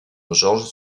georges